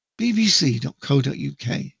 bbc.co.uk